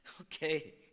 Okay